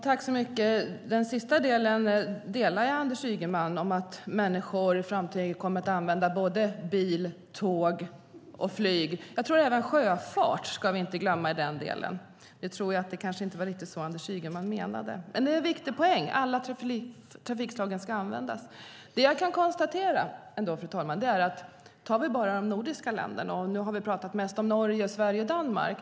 Fru talman! Det sista Anders Ygeman sade instämmer jag i, nämligen att människor i framtiden kommer att använda bil, tåg och flyg. Vi ska inte glömma sjöfarten. Nu tror jag inte att det var riktigt vad Anders Ygeman menade. Men det är en viktig poäng - alla trafikslagen ska användas. Fru talman! Låt oss titta på de nordiska länderna - nu har vi pratat mest om Norge, Sverige och Danmark.